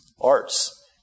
arts